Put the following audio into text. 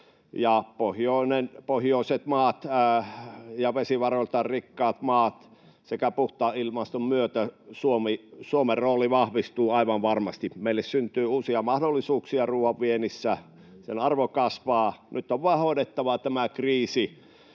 pohjoisten maiden ja vesivaroiltaan rikkaiden maiden sekä puhtaan ilmaston myötä Suomen rooli vahvistuu aivan varmasti. Meille syntyy uusia mahdollisuuksia ruuan viennissä, sen arvo kasvaa. Nyt on vain hoidettava tämä kriisi